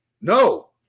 no